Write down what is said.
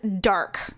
dark